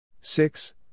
Six